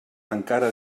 encara